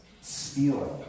stealing